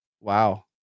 Wow